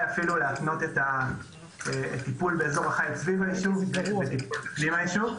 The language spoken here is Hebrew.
להפנות את הטיפול באזור החיץ סביב היישוב לפנים היישוב.